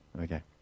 Okay